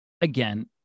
Again